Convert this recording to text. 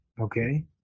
Okay